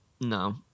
no